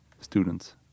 students